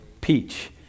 peach